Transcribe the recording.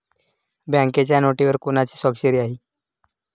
बँकेच्या नोटेवर कोणाची स्वाक्षरी आहे?